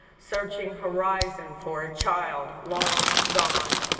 searching horizon for a child long gone.